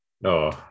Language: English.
No